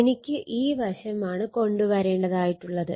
എനിക്ക് ഈ വശമാണ് കൊണ്ട് വരേണ്ടതായിട്ടുള്ളത്